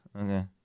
okay